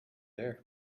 there